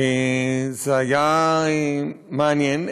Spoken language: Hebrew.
זה היה מעניין,